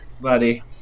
buddy